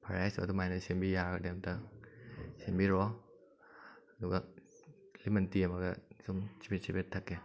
fry rice ꯑꯗꯨꯃꯥꯏ ꯁꯦꯝꯕꯤ ꯌꯥꯔꯒꯗꯤ ꯑꯝꯇ ꯁꯦꯝꯕꯤꯔꯛꯑꯣ ꯑꯗꯨꯒ ꯂꯦꯃꯟ ꯇꯤ ꯑꯃꯒ ꯁꯨꯝ ꯆꯤꯐꯦꯠ ꯆꯤꯐꯦꯠ ꯊꯛꯀꯦ